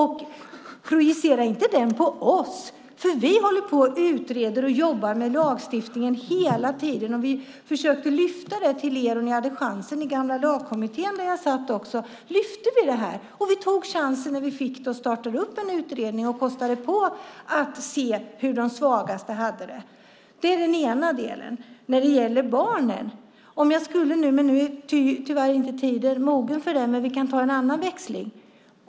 Projicera inte den på oss! Vi utreder och jobbar med lagstiftningen hela tiden. Vi försökte lyfta upp det till er; ni hade chansen. I gamla Lagkommittén där jag satt lyfte vi upp detta, och vi tog chansen när vi fick det och startade en utredning och kostade på för att se hur de svagaste har det. Det var den ena delen. Nu till barnen. Tyvärr är tiden inte mogen för det, men vi kan ta en annan växling.